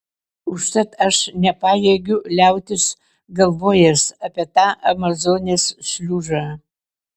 užtat aš nepajėgiu liautis galvojęs apie tą amazonės šliužą